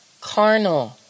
carnal